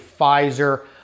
Pfizer